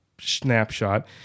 snapshot